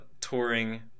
touring